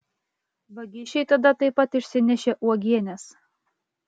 vagišiai tada taip pat išsinešė uogienes